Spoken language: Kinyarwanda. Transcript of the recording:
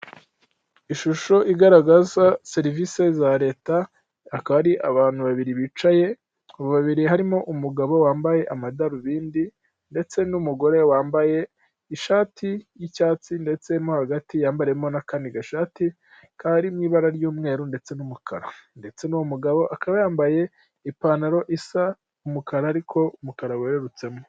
Ishusho igaragaza serivisi za leta, akaba ari abantu babiri bicaye, abo babiri harimo umugabo wambaye amadarubindi ndetse n'umugore wambaye ishati y'icyatsi ndetse mwo hagati yambariyemo n'akandi gashati kari mu ibara ry'umweru ndetse n'umukara, ndetse n'wo mugabo akaba yambaye ipantaro isa umukara ariko umukara wererutsemo.